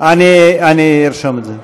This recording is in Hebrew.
אני ארשום את זה.